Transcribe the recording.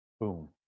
boom